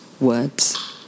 words